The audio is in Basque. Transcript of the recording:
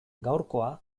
gaurkoa